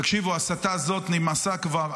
תקשיבו, ההסתה הזאת נמאסה כבר.